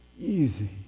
easy